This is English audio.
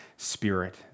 Spirit